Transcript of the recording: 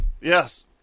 Yes